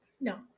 no